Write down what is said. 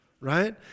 right